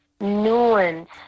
nuance